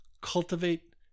cultivate